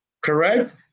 Correct